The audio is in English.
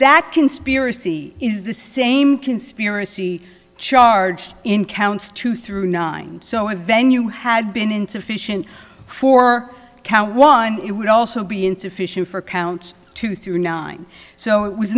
that conspiracy is the same conspiracy charged in counts two through nine so a venue had been insufficient for cow one it would also be insufficient for count two through nine so it was